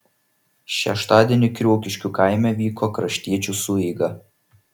šeštadienį kriokiškių kaime vyko kraštiečių sueiga